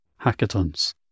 hackathons